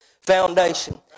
foundation